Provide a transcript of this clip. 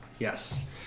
Yes